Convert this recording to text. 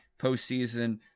postseason